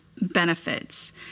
benefits